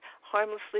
harmlessly